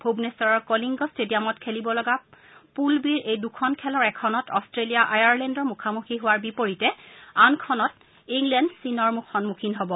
ভূৱনেশ্বৰৰ কলিঙ্গ ট্টেডিয়ামত খেলিব লগা পূল বিৰ এই দুখন খেলৰ এখনত অট্টেলিয়া আয়াৰলেণ্ডৰ মুখামুখি হোৱাৰ বিপৰীতে আনখনত ইংলেণ্ড চীনৰ সন্মুখীন হ'ব